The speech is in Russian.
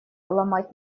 ломать